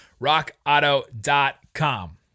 RockAuto.com